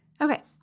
Okay